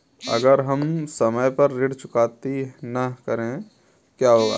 अगर हम समय पर ऋण चुकौती न करें तो क्या होगा?